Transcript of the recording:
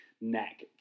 neck